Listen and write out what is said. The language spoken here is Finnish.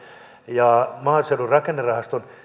ja maaseudun rakennerahaston